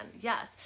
Yes